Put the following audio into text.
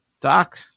Doc